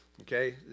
Okay